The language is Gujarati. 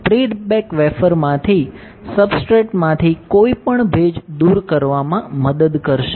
પ્રી બેક વેફરમાંથી સબસ્ટ્રેટમાંથી કોઈપણ ભેજ દૂર કરવામાં મદદ કરશે